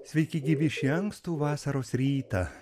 sveiki gyvi šį ankstų vasaros rytą